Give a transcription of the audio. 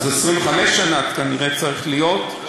אז זה כנראה צריך להיות 25 שנה.